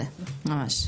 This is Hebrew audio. ממש.